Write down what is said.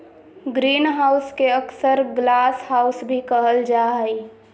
greenhouse के अक्सर glasshouse भी कहल जा हइ